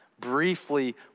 Briefly